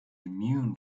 immune